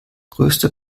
größte